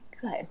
Good